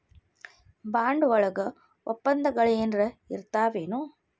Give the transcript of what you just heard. Bond ವಳಗ ವಪ್ಪಂದಗಳೆನರ ಇರ್ತಾವೆನು?